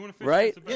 right